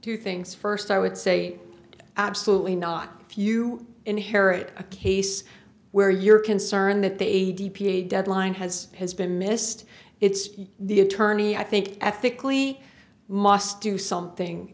two things first i would say absolutely not if you inherit a case where you're concerned that the a t p a deadline has has been missed it's the attorney i think ethically must do something